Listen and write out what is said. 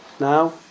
now